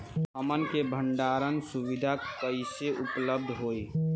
हमन के भंडारण सुविधा कइसे उपलब्ध होई?